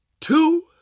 two